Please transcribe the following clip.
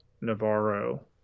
Navarro